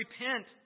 repent